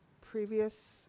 previous